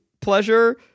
pleasure